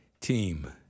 team